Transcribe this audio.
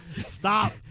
Stop